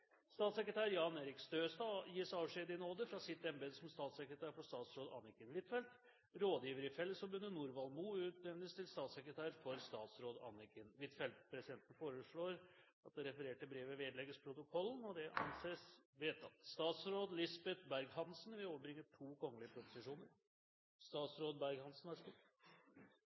statssekretær for statsminister Jens Stoltenberg. Statssekretær Jan-Erik Støstad gis avskjed i nåde fra sitt embete som statssekretær for statsråd Anniken Huitfeldt. Rådgiver i Fellesforbundet Norvald Mo utnevnes til statssekretær for statsråd Anniken Huitfeldt.» Presidenten foreslår at det refererte brevet vedlegges protokollen. – Det anses vedtatt. Representanten Knut Arild Hareide vil